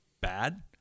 bad